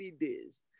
days